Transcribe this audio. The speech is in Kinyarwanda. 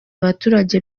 abaturage